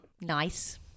Nice